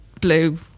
blue